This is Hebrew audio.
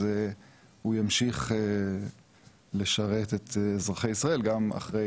אז הוא ימשיך לשרת את אזרחי ישראל - גם אחרי